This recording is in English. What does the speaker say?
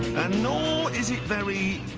and nor is it very.